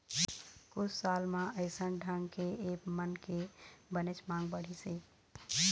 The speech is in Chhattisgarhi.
कुछ साल म अइसन ढंग के ऐप मन के बनेच मांग बढ़िस हे